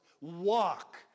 Walk